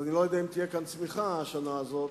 אז אני לא יודע אם תהיה כאן צמיחה השנה הזאת,